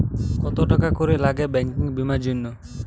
কত টাকা করে লাগে ব্যাঙ্কিং বিমার জন্য?